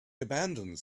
abandons